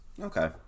Okay